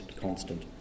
constant